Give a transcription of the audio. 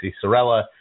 Sorella